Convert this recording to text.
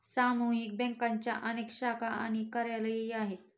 सामुदायिक बँकांच्या अनेक शाखा आणि कार्यालयेही आहेत